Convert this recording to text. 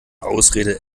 ausrede